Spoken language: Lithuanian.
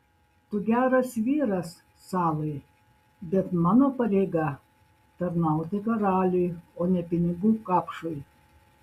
tu geras vyras salai bet mano pareiga tarnauti karaliui o ne pinigų kapšui